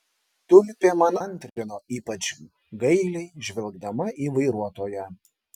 tulpė man antrino ypač gailiai žvelgdama į vairuotoją